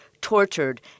tortured